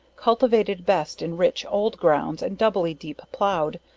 cultivated best in rich old grounds, and doubly deep plowed,